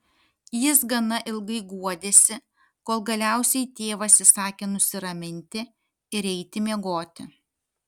jis gana ilgai guodėsi kol galiausiai tėvas įsakė nusiraminti ir eiti miegoti